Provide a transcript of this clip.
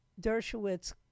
Dershowitz